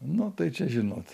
nu tai čia žinot